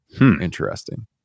Interesting